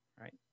Right